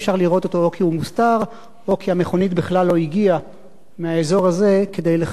או כי הוא מוסתר או כי המכונית בכלל לא הגיעה מהאזור הזה כדי לחנות.